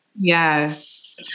Yes